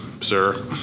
sir